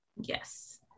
Yes